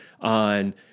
on